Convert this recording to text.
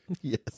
Yes